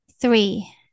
three